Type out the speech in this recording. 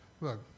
Look